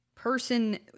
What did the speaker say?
Person